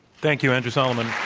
thank you. andrew solomon.